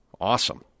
Awesome